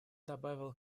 добавил